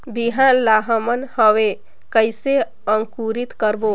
बिहान ला हमन हवे कइसे अंकुरित करबो?